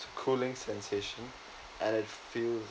a cooling sensation and it feels